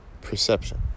perception